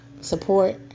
Support